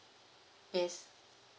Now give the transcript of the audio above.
yes